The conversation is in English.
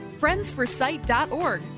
friendsforsight.org